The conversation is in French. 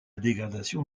dégradation